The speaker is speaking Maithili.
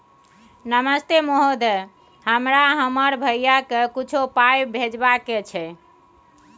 नमस्ते महोदय, हमरा हमर भैया के कुछो पाई भिजवावे के छै?